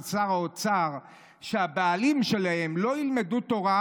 שר האוצר שהבעלים שלהן לא ילמדו תורה,